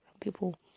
people